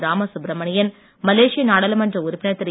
Ramasubramanian Malaysia நாடாளுமன்ற உறுப்பினர் திரு